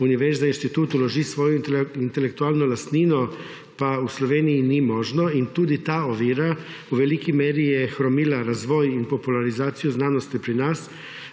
univerza, inštitut vloži svojo intelektualno lastnino, pa v Sloveniji ni možno. In tudi ta ovira je v veliki meri hromila razvoj in popularizacijo znanosti pri nas,